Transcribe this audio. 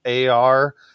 AR